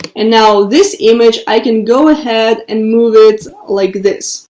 and now this image, i can go ahead and move it like this.